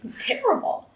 Terrible